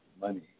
money